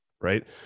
right